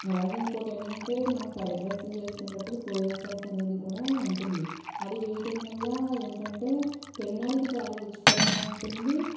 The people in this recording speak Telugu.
అలాగే ఇంకోటేంటంటే మనం ఫ్రైడ్ రైసులు చేసుకునేటప్పుడు సొయా సాసు అనేది కూడా ఉంటుంది అది వేయటం వల్ల ఏంటంటే తినడానికి చాలా రుచికరంగా ఉంటుంది